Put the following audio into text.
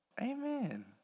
Amen